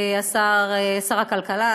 שר הכלכלה,